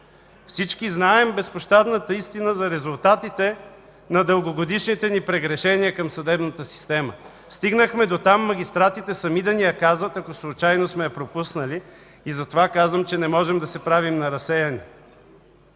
Всички знаем безпощадната истина за резултатите на дългогодишните ни прегрешения към съдебната система. Стигнахме дотам магистратите сами да ни я казват, ако случайно сме я пропуснали. Затова казвам, че не можем да се правим на разсеяни.